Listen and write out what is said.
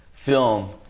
film